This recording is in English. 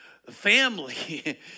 Family